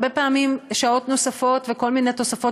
הרבה פעמים שעות נוספות וכל מיני תוספות